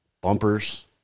bumpers